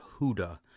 Huda